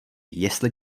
jestli